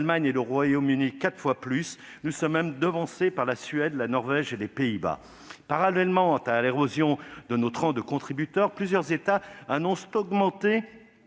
et le Royaume-Uni, quatre fois plus. Nous sommes même devancés par la Suède, la Norvège et les Pays-Bas ! Parallèlement à l'érosion de notre rang de contributeur, plusieurs États annoncent augmenter